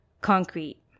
concrete